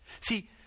See